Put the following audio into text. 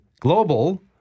Global